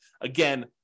Again